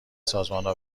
سازمانها